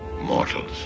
Mortals